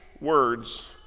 words